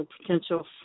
potential